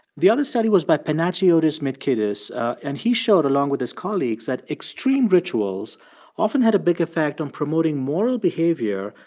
the other study was by panagiotis mitkidis. and he showed, along with his colleagues, that extreme rituals often had a big effect on promoting moral behavior,